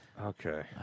Okay